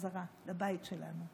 בחזרה לבית שלנו.